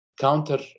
counter